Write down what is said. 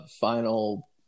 final